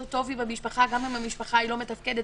טוב עם המשפחה גם אם המשפחה לא מתפקדת,